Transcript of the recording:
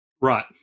Right